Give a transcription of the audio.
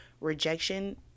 rejection